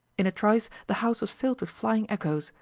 in a trice the house was filled with flying echoes,